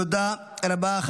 תודה רבה.